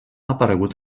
aparegut